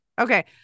Okay